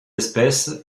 espèce